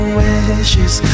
wishes